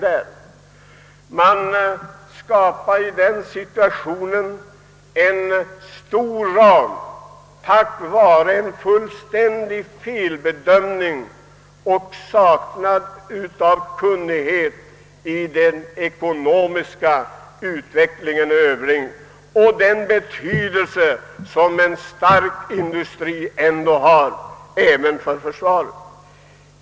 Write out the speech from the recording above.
Man skapade i den situationen en vid ram till följd av en fullständig felbedömning och avsaknad av kunnighet om den ekonomiska utvecklingen i övrigt liksom om den betydelse som en stark industri har även för försvaret.